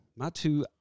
Matu